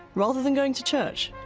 rather than going to church,